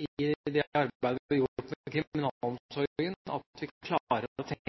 i det arbeidet vi har gjort med kriminalomsorgen, at vi klarer å tenke